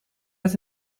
met